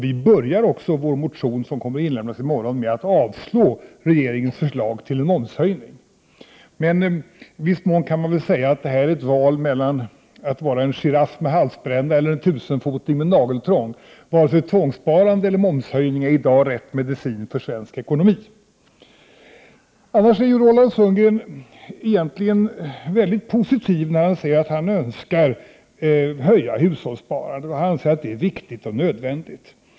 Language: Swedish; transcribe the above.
Vi inleder också vår motion, som kommer att inlämnas i morgon, med att yrka avslag på regeringens förslag till en momshöjning. I viss mån kan man väl säga att detta är ett val mellan att vara en giraff med halsbränna och en tusenfoting med nageltrång — varken tvångssparande eller momshöjning är i dag rätt medicin för svensk ekonomi. Annars har ju Roland Sundgren en mycket positiv inställning till en höjning av hushållssparandet, han säger att detta är viktigt och nödvändigt.